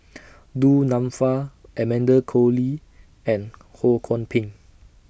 Du Nanfa Amanda Koe Lee and Ho Kwon Ping